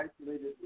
isolated